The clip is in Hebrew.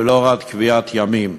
ולא רק קביעת ימים.